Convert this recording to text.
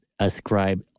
ascribe